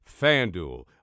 Fanduel